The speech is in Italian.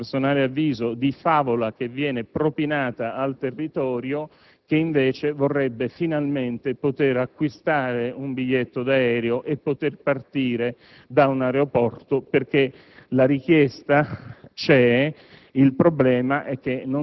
Questa, a mio personale avviso, è un'altra favola che viene propinata al territorio, che invece vorrebbe finalmente poter acquistare un biglietto d'aereo e poter partire da quell'aeroporto perché la richiesta